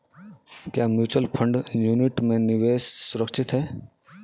क्या mutual fund unit में निवेश सुरक्षित है?